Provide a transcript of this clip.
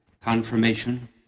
confirmation